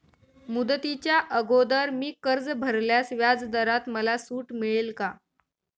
मुदतीच्या अगोदर मी कर्ज भरल्यास व्याजदरात मला सूट मिळेल का?